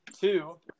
Two